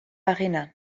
barrena